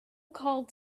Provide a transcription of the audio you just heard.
called